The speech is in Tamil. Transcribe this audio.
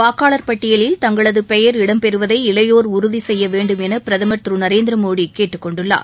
வாக்காளர் பட்டியலில் தங்களது பெயர் இடம்பெறுவதை இளையோர் உறுதி செய்ய வேண்டும் என பிரதமர் திரு நரேந்திர மோடி கேட்டுக்கொண்டுள்ளார்